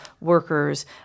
workers